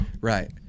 Right